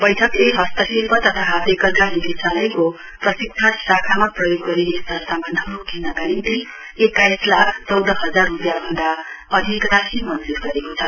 बैठकले हस्तशिल्प तथा हातेकर्घा निर्देशालयको प्रशिक्षण शाखामा प्रयोग गरिने सरसमानहरू किन्नका निम्ति एक्काइस लाख चौध हजार रूपियाँ भन्दा अधिक राशि मत्र्ज्र गरेको छ